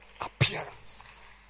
appearance